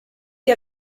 che